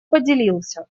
поделился